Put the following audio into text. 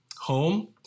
home